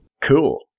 Cool